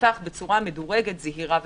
ייפתח בצורה מדורגת, זהירה ובטוחה.